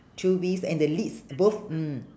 three wheels and their lids both mm